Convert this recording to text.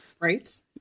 Right